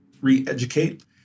re-educate